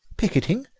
picketing!